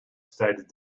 stated